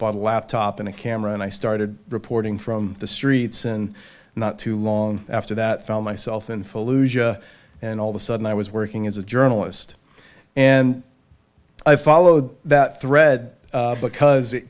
bought a laptop and a camera and i started reporting from the streets and not too long after that found myself in fallujah and all the sudden i was working as a journalist and i followed that thread because it